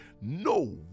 No